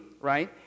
right